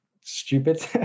stupid